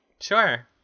sure